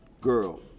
girl